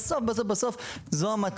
בסוף, בסוף זאת המטרה.